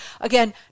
Again